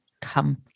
Come